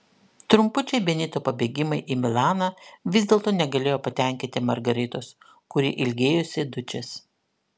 trumpučiai benito pabėgimai į milaną vis dėlto negalėjo patenkinti margaritos kuri ilgėjosi dučės